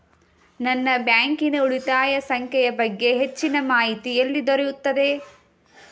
ನನ್ನ ಬ್ಯಾಂಕಿನ ಉಳಿತಾಯ ಸಂಖ್ಯೆಯ ಬಗ್ಗೆ ಹೆಚ್ಚಿನ ಮಾಹಿತಿ ಎಲ್ಲಿ ದೊರೆಯುತ್ತದೆ?